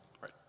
Right